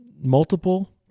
multiple